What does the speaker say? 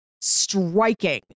striking